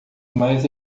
mais